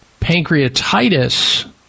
pancreatitis